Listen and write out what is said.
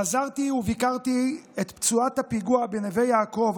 חזרתי וביקרתי את פצועת הפיגוע בנווה יעקב,